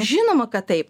žinoma kad taip